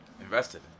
invested